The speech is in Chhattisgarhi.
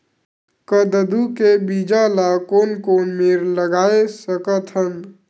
कददू के बीज ला कोन कोन मेर लगय सकथन?